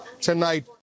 tonight